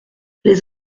les